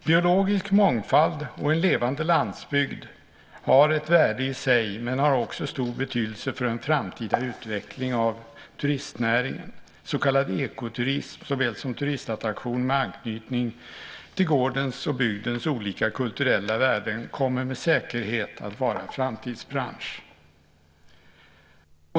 Biologisk mångfald och en levande landsbygd har ett värde i sig, men har också stor betydelse för den framtida utvecklingen av turistnäringen. Så kallad ekoturism såväl som turistattraktioner med anknytning till gårdens och bygdens olika kulturella värden kommer med säkerhet att vara en framtidsbransch.